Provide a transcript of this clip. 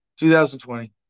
2020